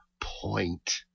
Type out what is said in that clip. point